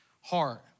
heart